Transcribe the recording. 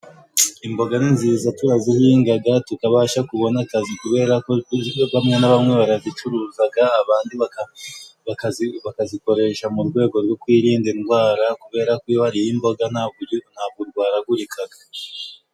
Imboga ni nziza turazihingaga tukabasha kubona akazi kubera bamwe na bamwe barazicuruzaga, abandi bakazi bakazi bakazikoresha mu rwego rwo kwirinda indwara, kubera kobera ko iyo wariye imboga ntabwo, ntabwo urwaragurikaga.